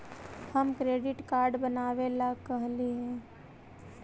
हम credit card बनावे ला कहलिऐ हे?